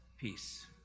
peace